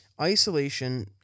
isolation